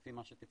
לפי מה שתבחר,